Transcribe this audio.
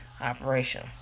operation